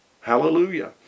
Hallelujah